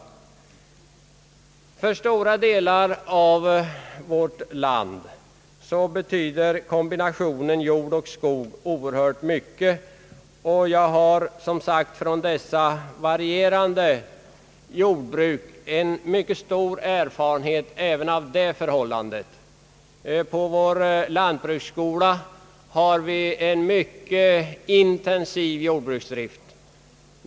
För stora delar av vårt land betyder kombinationen jord och skog oerhört mycket. Jag har stor erfarenhet från dessa varierade jordbruk. På vår lantbruksskola har vi en mycket intensiv jordbruksdrift.